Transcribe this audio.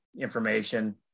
information